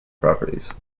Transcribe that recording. properties